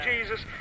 Jesus